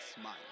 smile